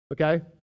Okay